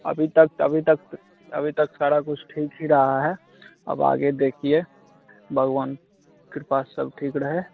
अभी तक तो अभी तक तो अभी तक सारा कुछ ठीक ही रहा है अब आगे देखिए भगवान कृपा से सब ठीक रहे